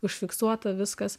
užfiksuota viskas